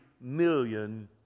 million